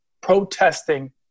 protesting